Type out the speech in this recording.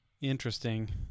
Interesting